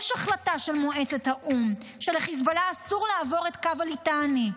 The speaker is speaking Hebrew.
יש החלטה של מועצת האו"ם שלחיזבאללה אסור לעבור את קו הליטני.